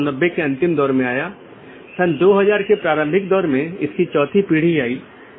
AS number जो network के माध्यम से मार्ग का वर्णन करता है एक BGP पड़ोसी अपने साथियों को पाथ के बारे में बताता है